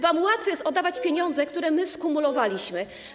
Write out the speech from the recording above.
Wam łatwo jest oddawać pieniądze, które my skumulowaliśmy.